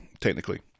technically